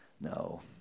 no